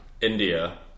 India